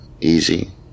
easy